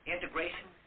Integration